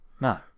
No